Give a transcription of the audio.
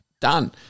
Done